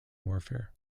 warfare